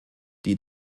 die